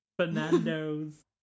Fernandos